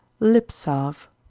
lip salve.